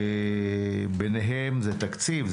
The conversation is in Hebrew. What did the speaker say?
בהם תקציב,